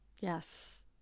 yes